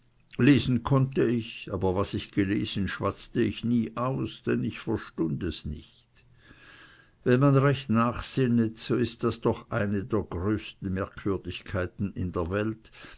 lesen konnte ich aber was ich gelesen schwatzte ich nie aus denn ich verstund es nicht wenn man recht nachsinnet so ist das doch eine der größten merkwürdigkeiten in der welt